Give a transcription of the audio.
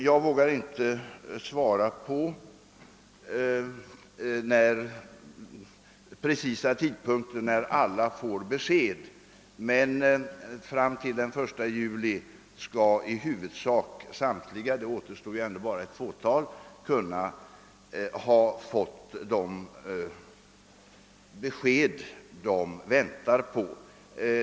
Jag vågar inte svara på den precisa tidpunkt när alla får besked, men fram till 1 juli skall i huvudsak samtliga — det återstår ändå bara ett fåtal — ha fått de besked de väntar på.